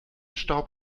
staub